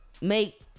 make